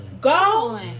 Go